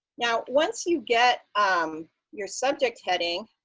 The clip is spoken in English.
now, once you get um your subject heading,